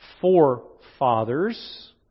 forefathers